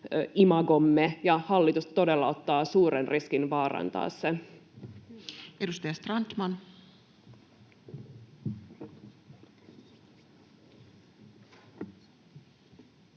ja hallitus todella ottaa suuren riskin vaarantaa se. [Speech